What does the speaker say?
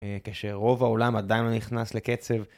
כשרוב העולם עדיין לא נכנס לקצב.